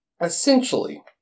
essentially